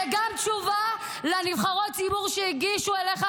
וגם תשובה לנבחרות ציבור שהגישו לך,